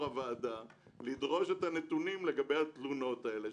הוועדה לדרוש את הנתונים לגבי התלונות האלה.